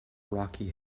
rocky